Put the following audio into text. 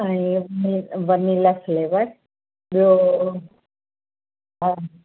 ऐं vanilla flavour ॿियो हा